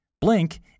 Blink